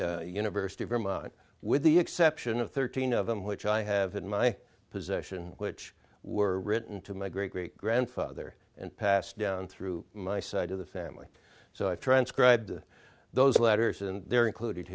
the university of vermont with the exception of thirteen of them which i have in my possession which were written to my great great grandfather and passed down through my side of the family so i transcribed those letters and they're included